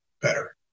better